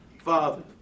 father